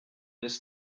this